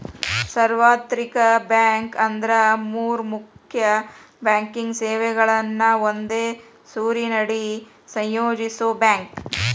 ಸಾರ್ವತ್ರಿಕ ಬ್ಯಾಂಕ್ ಅಂದ್ರ ಮೂರ್ ಮುಖ್ಯ ಬ್ಯಾಂಕಿಂಗ್ ಸೇವೆಗಳನ್ನ ಒಂದೇ ಸೂರಿನಡಿ ಸಂಯೋಜಿಸೋ ಬ್ಯಾಂಕ್